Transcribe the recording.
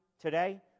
today